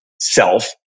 self